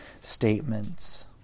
statements